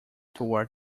toward